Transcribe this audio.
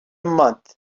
month